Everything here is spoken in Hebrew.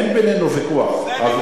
אין בינינו ויכוח.